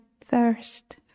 thirst